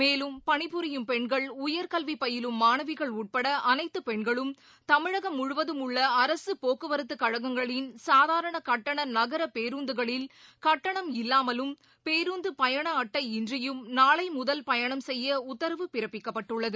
மேலும் பணிபரியும் பெண்கள் உயர்கல்வி பயிலும் மாணவிகள் உட்பட அனைத்து பெண்களும் தமிழகம் முழுவதும் உள்ள அரசு போக்குவரத்துக் கழகங்களின் சாதாரண கட்டண நகரப் பேருந்துகளில் கட்டணம் இல்லாமலும் பேருந்து பயண அட்டை இன்றியும் நாளை முதல் பயணம் செய்ய உத்தரவு பிறப்பிக்கப்பட்டுள்ளது